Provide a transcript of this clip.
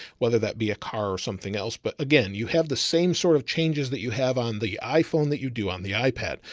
whether that be a car or something else. but again, you have the same sort of changes that you have on the iphone that you do on the ipad.